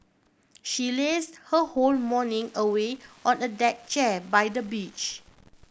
she laze her whole morning away on a deck chair by the beach